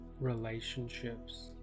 relationships